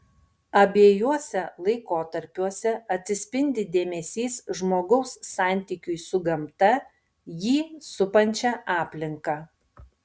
abiejuose laikotarpiuose atsispindi dėmesys žmogaus santykiui su gamta jį supančia aplinka